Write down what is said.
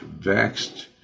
vexed